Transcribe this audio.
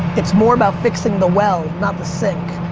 it's more about fixing the well, not the sink.